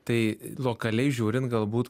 tai lokaliai žiūrint galbūt